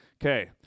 Okay